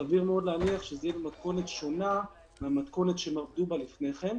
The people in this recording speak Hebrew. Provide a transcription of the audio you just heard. סביר להניח שזה יהיה במתכונת שונה מהמתכונת שהם עבדו בה לפני כן.